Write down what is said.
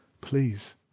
please